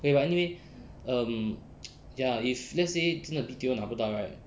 wait but anyway um ya if let's say 真的 B_T_O 拿不到 right